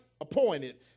appointed